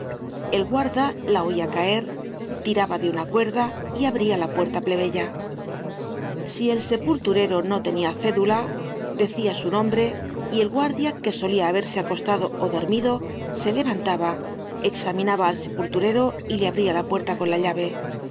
el guarda la oia caer tiraba de una cuerda y abria la puerta plebeya si el sepulturero no tenia cédula decia su nombre y el guarda que solia haberse acostado ó dormido se levantaba examinaba al sepulturero y le abria la puerta con la llave el